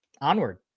onward